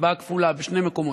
הצבעה כפולה בשני מקומות.